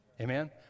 Amen